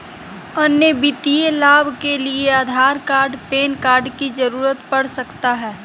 अन्य वित्तीय लाभ के लिए आधार कार्ड पैन कार्ड की जरूरत पड़ सकता है?